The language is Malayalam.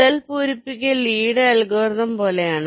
അതിനാൽ സെൽ പൂരിപ്പിക്കൽ ലീയുടെ അൽഗോരിതം Lee's algorithm പോലെയാണ്